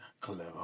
Clever